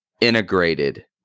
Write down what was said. integrated